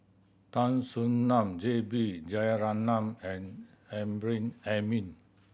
Tan Soo Nan J B Jeyaretnam and Amrin Amin